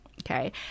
Okay